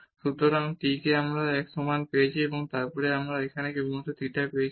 সুতরাং আমরা t কে এক সমান নিয়েছি এবং তারপরে আমরা এখানে কেবলমাত্র থিটা পেয়েছি